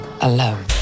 alone